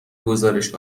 گزارش